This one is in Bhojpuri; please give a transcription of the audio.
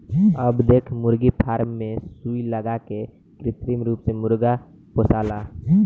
अब देख मुर्गी फार्म मे सुई लगा के कृत्रिम रूप से मुर्गा पोसाला